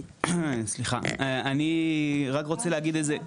אתה פעם ראשונה פה.